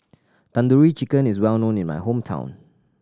Tandoori Chicken is well known in my hometown